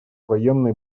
военной